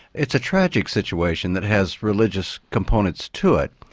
it's a tragic situation that has religious components to it.